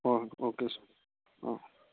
ꯍꯣꯏ ꯍꯣꯏ okay sir ꯑꯥ